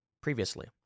previously